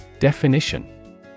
Definition